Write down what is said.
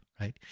right